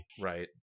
Right